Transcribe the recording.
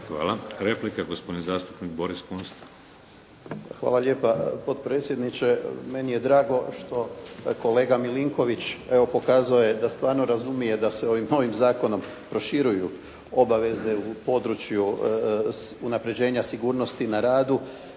Hvala. Replika, gospodin zastupnik Boris Kunst. **Kunst, Boris (HDZ)** Hvala lijepa potpredsjedniče, meni je drago što kolega Milinković, evo pokazao je da stvarno razumije da se ovim zakonom proširuju obaveze u području unaprjeđenja sigurnosti na radu,